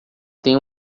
têm